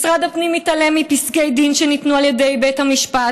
משרד הפנים מתעלם מפסקי דין שניתנו על ידי בית המשפט